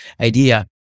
idea